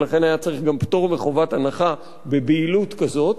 ולכן היה צריך גם פטור מחובת הנחה בבהילות כזאת,